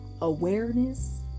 awareness